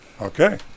Okay